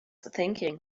thinking